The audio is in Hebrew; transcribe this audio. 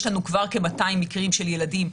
יש לנו כבר כ-200 מקרים כאלה של ילדים,